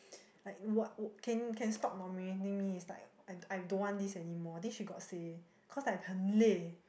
like what oh can can stop nominating me is like I I don't want this anymore this she got say cause like 很累